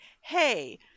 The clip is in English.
hey